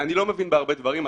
אני לא מבין בהרבה דברים,